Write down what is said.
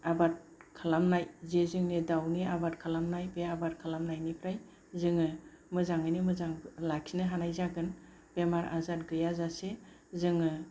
आबाद खालामनाय जि जोंनि दाउनि आबाद खालामनाय बे आबाद खालामनायनिफ्राय जोङो मोजाङैनो मोजां लाखिनो हानाय जागोन बेमार आजाद गैयाजासे जोङो